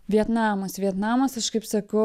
vietnamas vietnamas aš kaip sakau